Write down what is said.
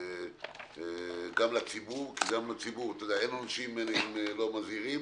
גם לציבור, כי אין עונשים אם לא מזהירים.